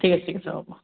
ঠিক আছে ঠিক আছে হ'ব